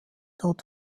dort